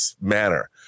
manner